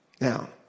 Now